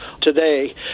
today